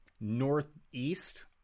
Northeast